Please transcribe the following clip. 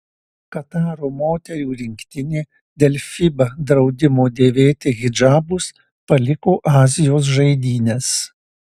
kataro moterų rinktinė dėl fiba draudimo dėvėti hidžabus paliko azijos žaidynes